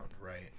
right